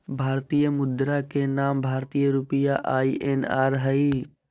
भारतीय मुद्रा के नाम भारतीय रुपया आई.एन.आर हइ